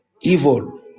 evil